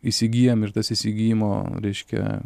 įsigyjam ir tas įsigijimo reiškia